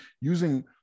using